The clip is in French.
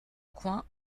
coin